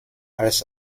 als